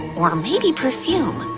or maybe perfume?